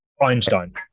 Einstein